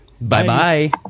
Bye-bye